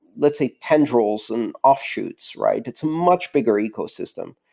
let's say, tendrils and offshoots, right? it's a much bigger ecosystem.